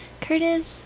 Curtis